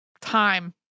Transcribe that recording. time